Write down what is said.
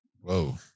Whoa